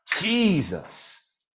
Jesus